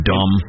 Dumb